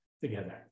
together